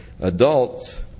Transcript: adults